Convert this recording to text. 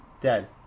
dead